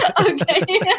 Okay